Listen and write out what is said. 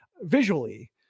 visually